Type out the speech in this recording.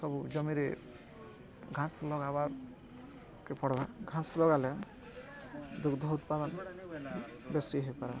ସବୁ ଜମିରେ ଘାସ ଲଗାବାର୍କେ ପଡ଼୍ବା ଘାସ ଲଗାଲେ ଦୁଗ୍ଧ ଉତ୍ପାଦନ ବେଶୀ ହୋଇପାରେ